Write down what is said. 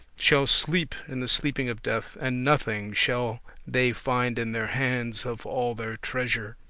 shall sleep in the sleeping of death, and nothing shall they find in their hands of all their treasure.